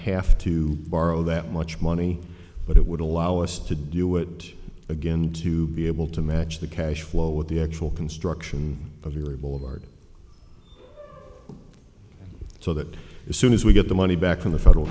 have to borrow that much money but it would allow us to do it again to be able to match the cash flow with the actual construction of the reward so that as soon as we get the money back from the federal